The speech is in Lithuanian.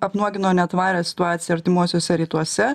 apnuogino netvarią situaciją artimuosiuose rytuose